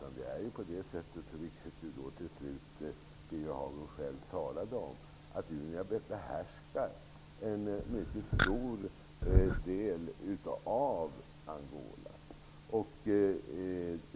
Unita behärskar, vilket Birger Hagård till slut själv talade om, en mycket stor del av Angola.